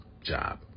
job